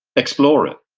explore it.